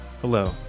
Hello